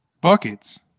Buckets